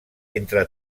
entre